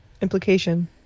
implication